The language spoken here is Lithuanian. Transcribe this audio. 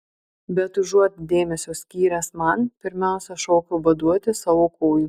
bet užuot dėmesio skyręs man pirmiausia šoko vaduoti savo kojų